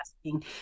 asking